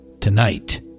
Tonight